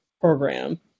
program